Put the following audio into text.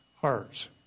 hearts